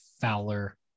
Fowler